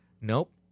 Nope